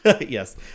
Yes